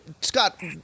Scott